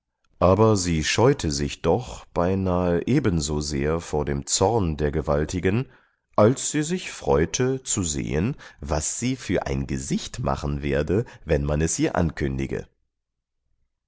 aber sie scheute sich doch beinahe ebenso sehr vor dem zorn der gewaltigen als sie sich freute zu sehen was sie für ein gesicht machen werde wenn man ihr es ankündige